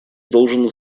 должен